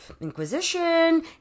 Inquisition